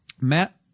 Matt